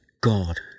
God